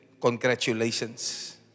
congratulations